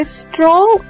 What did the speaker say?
strong